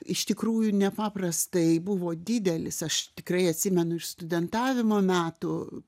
iš tikrųjų nepaprastai buvo didelis aš tikrai atsimenu iš studentavimo metų